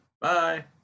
Bye